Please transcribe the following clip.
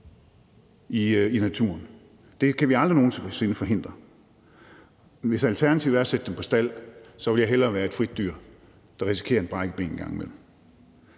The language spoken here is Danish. i naturen, det kan vi aldrig nogen sinde forhindre. Hvis alternativet er at blive sat på stald, vil jeg hellere være et frit dyr, der risikerer et brækket ben en gang imellem.